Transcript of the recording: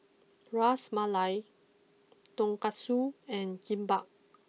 Ras Malai Tonkatsu and Kimbap